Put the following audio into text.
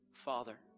Father